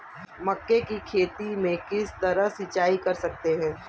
मक्के की खेती में किस तरह सिंचाई कर सकते हैं?